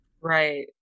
Right